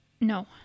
No